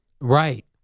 Right